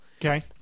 Okay